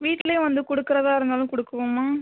வீட்ல வந்து கொடுக்கறதா இருந்தாலும் கொடுக்குவோம்மா